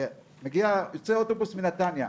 יוצא אוטובוס מנתניה,